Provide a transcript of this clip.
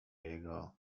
jego